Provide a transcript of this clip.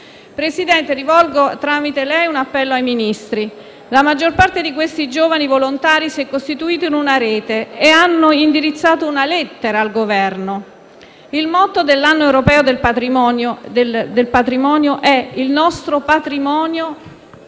Presidente, rivolgo, tramite lei, un appello ai Ministri. La maggior parte di questi giovani volontari si è costituita in una rete e ha indirizzato una lettera al Governo. Il motto dell'Anno europeo del patrimonio è «Il nostro patrimonio: